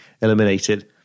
eliminated